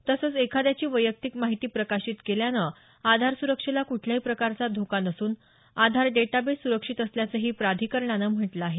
तसंच एखाद्याची वैयक्तिक माहिती प्रकाशित केल्यानं आधार सुरक्षेला कुठल्याही प्रकारचा धोका नसून आधार डेटाबेस सुरक्षित असल्याचंही प्राधिकरणानं म्हटलं आहे